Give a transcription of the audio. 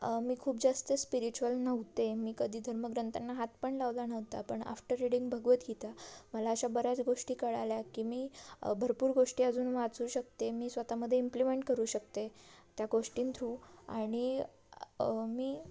मी खूप जास्त स्पिरिच्युअल नव्हते मी कधी धर्म ग्रंथांना हात पण लावला नव्हता पण आफ्टर रीडिंग भगवद्गीता मला अशा बऱ्याच गोष्टी कळाल्या की मी भरपूर गोष्टी अजून वाचू शकते मी स्वतःमध्ये इम्प्लिमेंट करू शकते त्या गोष्टींथ्रू आणि मी